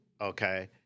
okay